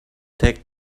take